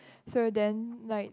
so then like